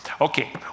Okay